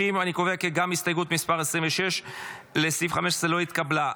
30. אני קובע כי גם הסתייגות 26 לסעיף 15 לא התקבלה.